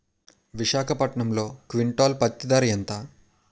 విశాఖపట్నంలో క్వింటాల్ పత్తి ధర ఎంత?